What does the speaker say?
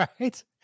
right